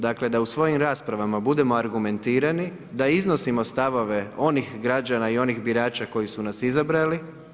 Dakle, da u svojim raspravama budemo argumentirani, da iznosimo stavove onih građana i onih birača koji su nas izabrali.